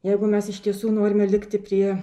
jeigu mes iš tiesų norime likti prie